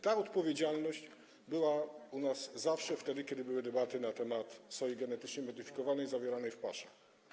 Ta odpowiedzialność była u nas zawsze wtedy, kiedy były debaty na temat soi genetycznie modyfikowanej zawartej w paszach.